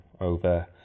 over